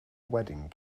wedding